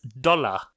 dollar